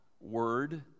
word